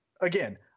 again